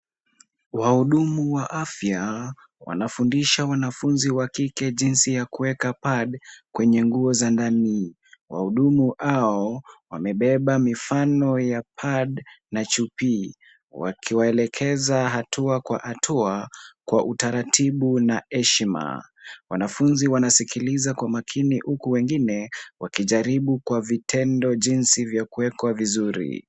Wahudumu wa afya, wanafundisha wanafunzi wa kike jinsi ya kuweka pad kwenye nguo za ndani. Wahudumu hao wamebeba mifano ya pad na chupi, wakiwaelekeza hatua kwa hatua, kwa utaratibu na heshima. Wanafunzi wanasikiliza kwa makini huku wengine, wakijaribu kwa vitendo jinsi vya kuwekwa vizuri.